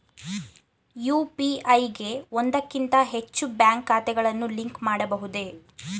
UPI ಗೆ ಒಂದಕ್ಕಿಂತ ಹೆಚ್ಚು ಬ್ಯಾಂಕ್ ಖಾತೆಗಳನ್ನು ಲಿಂಕ್ ಮಾಡಬಹುದೇ?